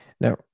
Now